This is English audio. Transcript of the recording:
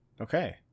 Okay